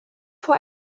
vor